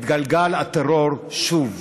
את גלגל הטרור שוב.